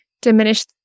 diminish